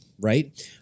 right